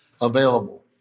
available